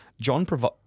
John